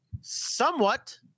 somewhat